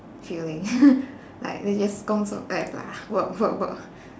feeling like they 工作 act lah work work work